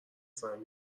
زنگ